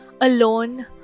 alone